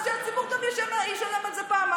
אז שהציבור גם ישלם על זה פעמיים.